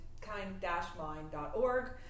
kind-mind.org